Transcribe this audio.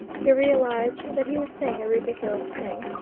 he realised that he was saying a ridiculous thing,